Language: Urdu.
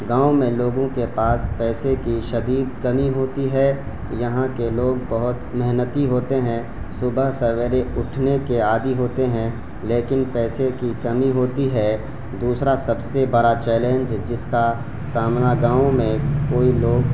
گاؤں میں لوگوں کے پاس پیسے کی شدید کمی ہوتی ہے یہاں کے لوگ بہت محنتی ہوتے ہیں صبح سویرے اٹھنے کے عادی ہوتے ہیں لیکن پیسے کی کمی ہوتی ہے دوسرا سب سے بڑا چیلنج جس کا سامنا گاؤں میں کوئی لوگ